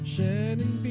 Shannon